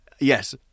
Yes